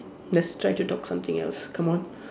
let's try to talk something else come on